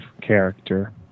character